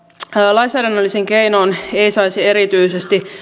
lainsäädännöllisin keinoin ei saisi erityisesti